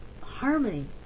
harmony